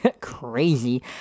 Crazy